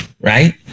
Right